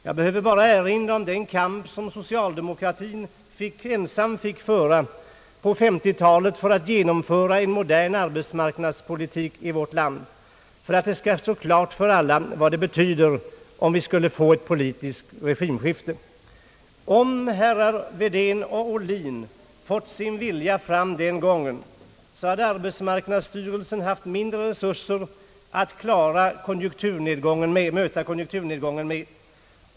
Jag behöver bara erinra om den kamp som socialdemokratin ensam fick föra på 1950-talet för att genomföra en modern arbetsmarknadspolitik i vårt land för att det skall stå klart för alla vad det betyder om vi skulle få ett politiskt regimskifte. Om herrar Wedén och Ohlin fått sin vilja fram den gången hade arbetsmarknadsstyrelsen nu haft mindre resurser att möta konjunkturnedgången med.